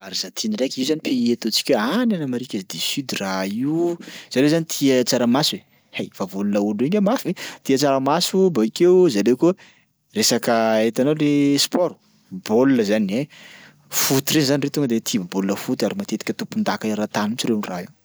Arzantina ndraiky io zany pays ataontsika hoe any an'Amerika du sud raha io, zareo zany tia tsaramaso e. Hay, vavonin'laolo reo nge mafy, tia tsaramaso bakeo zareo koa resaka hitanao le sport baolina zany ein, foot reo zany reo tonga de tia bola foot ary matetika tompondaka eran-tany mihitsy reo am'raha io.